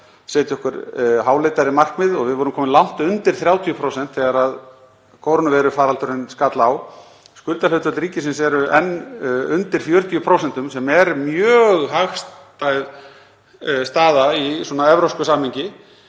setja okkur háleitari markmið. Við vorum komin langt undir 30% þegar kórónuveirufaraldurinn skall á. Skuldahlutföll ríkisins eru enn undir 40% sem er mjög hagstæð staða í evrópsku samhengi.